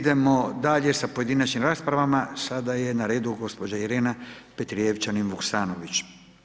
Idemo dalje sa pojedinačnim raspravama, sada je na redu gospođa Irena Petrijevčanin Vuksanović.